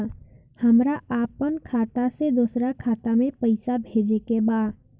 हमरा आपन खाता से दोसरा खाता में पइसा भेजे के बा